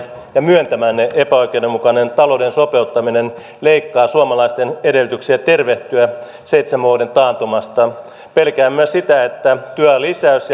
ja myöntämänne epäoikeudenmukainen talouden sopeuttaminen leikkaa suomalaisten edellytyksiä tervehtyä seitsemän vuoden taantumasta pelkään myös sitä että työajan lisäys